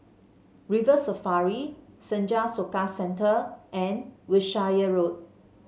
River Safari Senja Soka Centre and Wiltshire Road